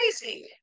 crazy